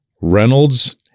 Reynolds